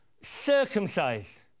circumcised